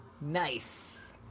nice